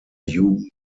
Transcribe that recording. jugend